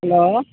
hello